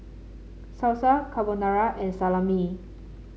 Salsa Carbonara and Salami